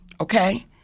Okay